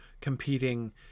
competing